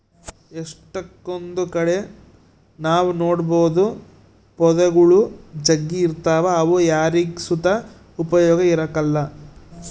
ಎಷ್ಟಕೊಂದ್ ಕಡೆ ನಾವ್ ನೋಡ್ಬೋದು ಪೊದೆಗುಳು ಜಗ್ಗಿ ಇರ್ತಾವ ಅವು ಯಾರಿಗ್ ಸುತ ಉಪಯೋಗ ಇರಕಲ್ಲ